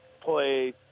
play